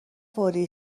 فوری